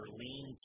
lean